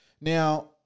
now